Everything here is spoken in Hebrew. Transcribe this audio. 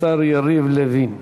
השר יריב לוין.